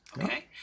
okay